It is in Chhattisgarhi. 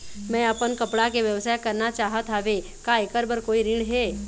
मैं अपन कपड़ा के व्यवसाय करना चाहत हावे का ऐकर बर कोई ऋण हे?